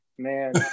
man